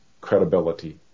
credibility